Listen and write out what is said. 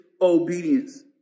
obedience